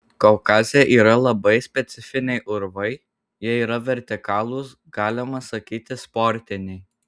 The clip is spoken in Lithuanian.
kaukaze yra labai specifiniai urvai jie yra vertikalūs galima sakyti sportiniai